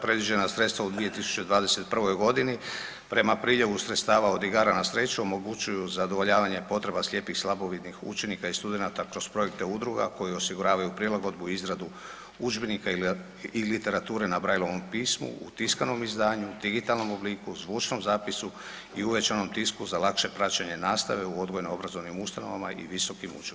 Predviđena sredstva u 2021.g. prema priljevu sredstava od igara na sreću omogućuju zadovoljavanje potreba slijepih i slabovidih učenika i studenata kroz projekt, te udruga koje osiguravaju prilagodbu i izradu udžbenika i literature na Brailleovom pismu u tiskanom izdanju, u digitalnom obliku, zvučnom zapisu i uvećanom tisku za lakše praćenje nastave u odgojno obrazovnim ustanovama i visokim učilištima.